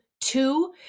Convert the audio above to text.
two